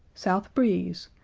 south breeze,